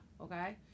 Okay